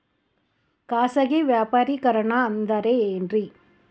ಖಾಸಗಿ ವ್ಯಾಪಾರಿಕರಣ ಅಂದರೆ ಏನ್ರಿ?